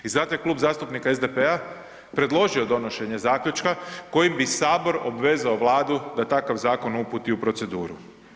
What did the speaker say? I zato je Klub zastupnika SDP-a predložio donošenje zaključka kojim bi Sabor obvezao Vladu da takav zakon uputi u proceduru.